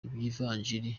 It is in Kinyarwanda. ivyagiriji